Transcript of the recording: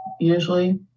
usually